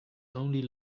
only